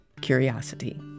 curiosity